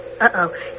Uh-oh